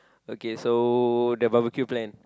okay so the Barbecue plan